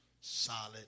solid